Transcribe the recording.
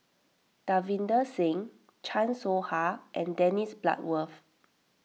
Davinder Singh Chan Soh Ha and Dennis Bloodworth